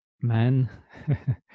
man